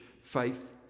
faith